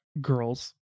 girls